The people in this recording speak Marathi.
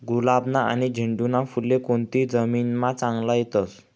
गुलाबना आनी झेंडूना फुले कोनती जमीनमा चांगला येतस?